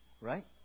right